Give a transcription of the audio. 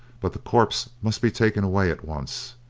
but the corpse must be taken away at once,